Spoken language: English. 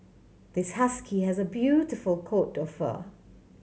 this husky has a beautiful coat of fur